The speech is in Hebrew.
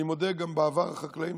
אני מודה, גם בעבר החקלאים